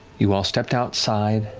you all stepped outside,